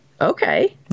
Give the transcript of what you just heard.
Okay